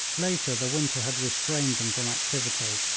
later, the winter had restrained them from activity,